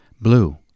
Blue